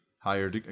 Higher